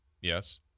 Yes